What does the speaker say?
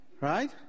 Right